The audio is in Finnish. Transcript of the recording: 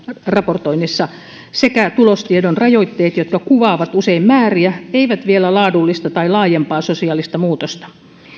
raportoinnissa sekä tulostiedon rajoitteet jotka kuvaavat usein määriä eivät vielä laadullista tai laajempaa sosiaalista muutosta